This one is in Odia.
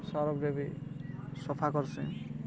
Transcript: ସରଫ୍ରେ ବି ସଫା କର୍ସି